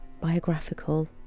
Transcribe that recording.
biographical